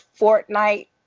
Fortnite